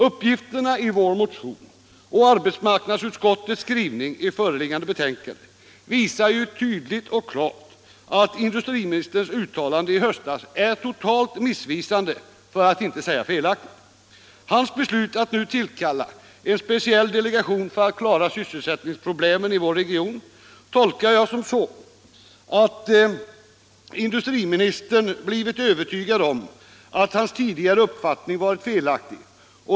Uppgifterna i vår motion och arbetsmarknadsutskottets skrivning i föreliggande betänkande visar ju tydligt och klart, att industriministerns uttalanden i höstas är totalt missvisande, för att inte säga felaktiga. Hans beslut att nu tillkalla en speciell delegation för att klara sysselsättningsproblemen i vår region tolkar jag så att industriministern blivit övertygad om att hans tidigare uppfattning varit felaktig.